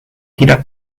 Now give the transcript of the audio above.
tidak